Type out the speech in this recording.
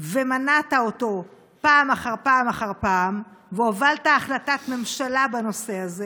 ומנעת אותו פעם אחר פעם אחר פעם והובלת החלטת ממשלה בנושא הזה.